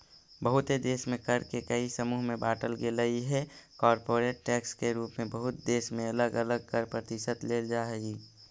बहुते देश में कर के कई समूह में बांटल गेलइ हे कॉरपोरेट टैक्स के रूप में बहुत देश में अलग अलग कर प्रतिशत लेल जा हई